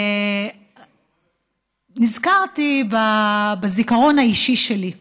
ונזכרתי בזיכרון האישי שלי,